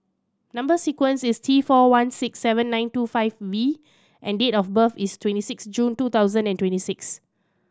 number sequence is T four one six seven nine two five V and date of birth is twenty six June two thousand and twenty six